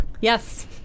Yes